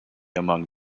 among